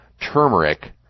turmeric